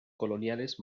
coloniales